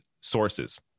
sources